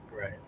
Right